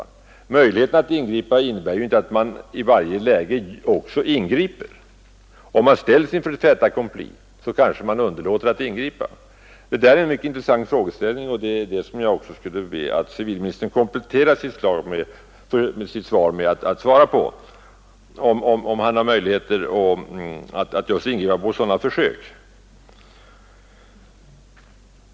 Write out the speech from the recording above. Den möjligheten innebär ju inte att man i varje läge också ingriper. Om man ställs inför ett fait accompli kanske man underlåter att ingripa. Det här är en mycket intressant frågeställning, och jag vill be civilministern att komplettera sitt svar med att tala om, vilka möjligheter han har att ingripa just mot sådana försök.